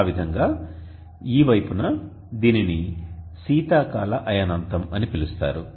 ఆ విధంగా ఈ వైపున దీనిని శీతాకాల అయనాంతం అని పిలుస్తారు